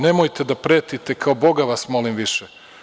Nemojte da pretite, kao Boga vas molim više.